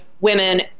women